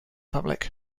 public